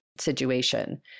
situation